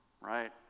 right